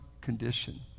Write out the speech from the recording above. condition